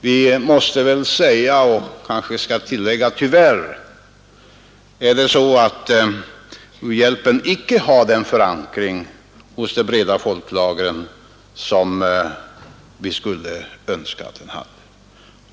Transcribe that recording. Vi måste väl säga — och kanske tillägga tyvärr — att u-hjälpen icke har den förankring hos de breda folklagren som vi skulle önska att den hade.